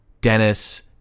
Dennis